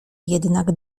jednak